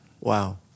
Wow